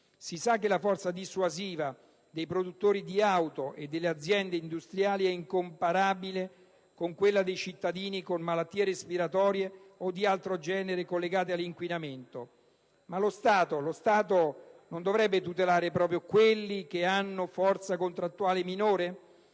Si sa che la forza dissuasiva dei produttori di auto e delle aziende industriali è incomparabile con quella dei cittadini con malattie respiratorie o di altro genere collegate all'inquinamento, ma lo Stato non dovrebbe tutelare proprio coloro che hanno forza contrattuale minore?